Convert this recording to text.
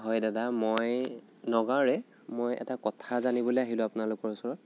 হয় দাদা মই নগাঁৱৰে মই এটা কথা জানিবলৈ আহিলোঁ আপোনালোকৰ ওচৰত